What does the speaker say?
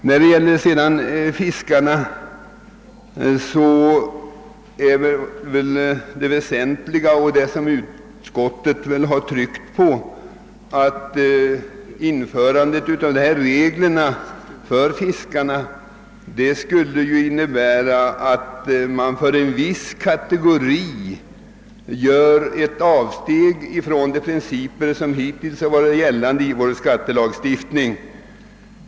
När det sedan gäller fiskarna är väl det väsentliga — det har också utskottet tryckt på — att införandet av dylika regler för fiskarna skulle innebära att man för en viss kategori gör ett avsteg från de principer som hittills varit gällande i vår skattelagstiftning.